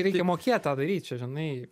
reikia mokėt tą daryt čia žinai